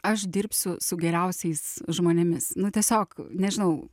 aš dirbsiu su geriausiais žmonėmis nu tiesiog nežinau